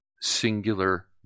singular